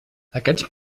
aquests